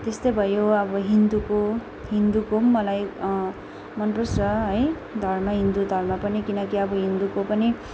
त्यस्तै भयो अब हिन्दूको हिन्दूको पनि मलाई मनपर्छ है धर्म हिन्दू धर्म पनि किनकि अब हिन्दूको पनि